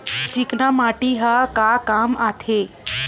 चिकना माटी ह का काम आथे?